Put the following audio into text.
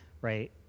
right